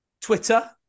Twitter